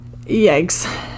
Yikes